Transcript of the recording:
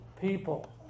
people